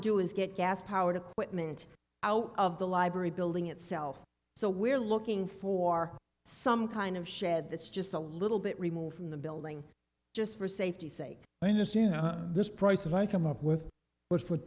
do is get gas powered equipment out of the library building itself so we're looking for some kind of shed that's just a little bit removed from the building just for safety sake minus in this price if i come up with what for